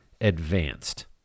advanced